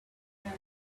were